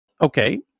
Okay